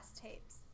tapes